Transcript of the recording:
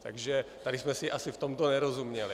Takže tady jsme si asi v tomto nerozuměli.